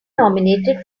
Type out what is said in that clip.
nominated